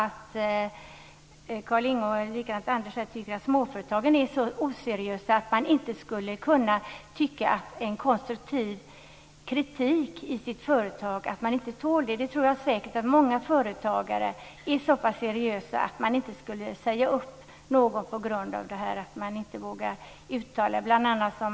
Jag tror att Carlinge Wisberg och likadant Anders Karlsson tycker att småföretagen så oseriösa att de inte skulle kunna tåla en konstruktiv kritik i företaget. Jag tror säkert att många företagare är så pass seriösa att de inte skulle säga upp någon på grund av detta, så att de anställda inte vågar uttala sig.